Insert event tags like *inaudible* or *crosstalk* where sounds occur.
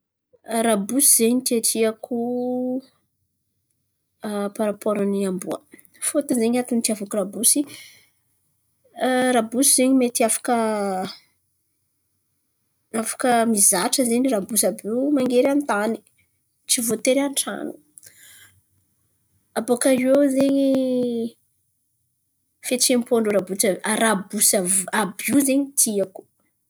Rabosy zen̈y tiatiako *hesitation* parapôro ny amboa fôtony zen̈y antony itiavako rabosy *hesitation* rabosy zen̈y mety afaka faka mizatra zen̈y rabosy àby io mangery an-tany tsy voatery an-tran̈o. Abôkaiô zen̈y, fietsem-pôn-drô rabotsy rabosa vy io rabosy àby io zen̈y tiako.